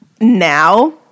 now